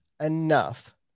enough